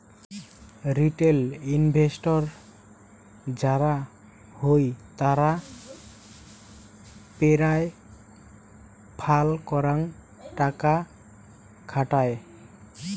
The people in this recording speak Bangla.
রিটেল ইনভেস্টর যারা হই তারা পেরায় ফাল করাং টাকা খাটায়